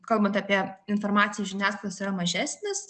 kalbant apie informaciją iš žiniasklaidos yra mažesnis